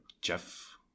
Jeff